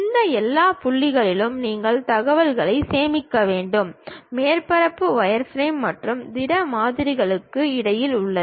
இந்த எல்லா புள்ளிகளிலும் நீங்கள் தகவல்களைச் சேமிக்க வேண்டும் மேற்பரப்பு வயர்ஃப்ரேம் மற்றும் திட மாதிரிகளுக்கு இடையில் உள்ளது